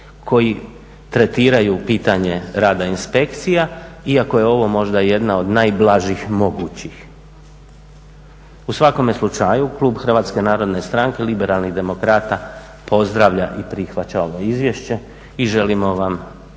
koji tretiraju pitanje rada inspekcija iako je ovo možda jedna od najblažih mogući. U svakome slučaju klub Hrvatske narodne stranke liberalnih demokrata pozdravlja i prihvaća ovo izvješće i želimo vam